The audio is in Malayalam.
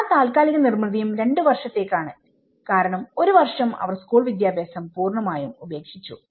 എല്ലാ താൽക്കാലിക നിർമ്മിതിയും രണ്ടു വർഷത്തേക്കാണ് കാരണം ഒരു വർഷം അവർ സ്കൂൾ വിദ്യാഭ്യാസം പൂർണമായും ഉപേക്ഷിച്ചു